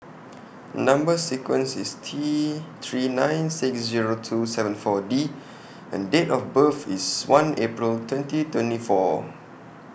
Number sequence IS T three nine six Zero two seven four D and Date of birth IS one April twenty twenty four